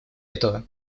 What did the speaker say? этого